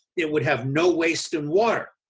it would have no wasted water.